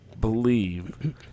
believe